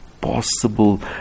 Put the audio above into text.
possible